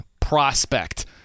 prospect